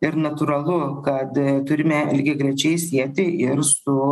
ir natūralu kad turime lygiagrečiai sieti ir su